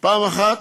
פעם אחת,